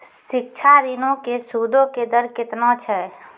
शिक्षा ऋणो के सूदो के दर केतना छै?